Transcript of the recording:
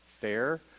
fair